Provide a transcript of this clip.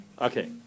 Okay